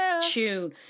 tune